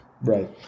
Right